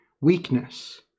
weakness